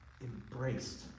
embraced